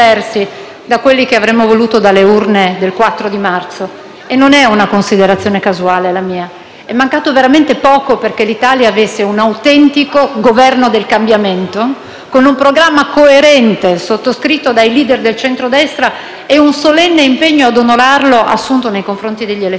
da quelli che avremmo voluto dalle urne del 4 marzo, e non è una considerazione casuale la mia. È mancato veramente poco perché l'Italia avesse un autentico Governo del cambiamento, con un programma coerente, sottoscritto dai *leader* del centrodestra e un solenne impegno a onorarlo assunto nei confronti degli elettori.